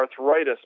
arthritis